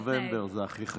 כ"ט בנובמבר זה הכי חשוב.